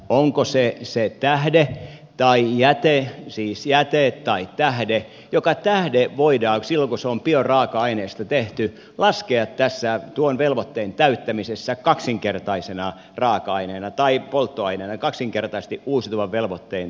onko se tähde tai jäte siis jäte tai tähde joka tähde voidaan silloin kun se on bioraaka aineesta tehty laskea tässä tuon velvoitteen täyttämisessä kaksinkertaisena raaka aineena tai polttoaineena kaksinkertaisesti uusiutuvan velvoitteen täyttävänä polttoaineena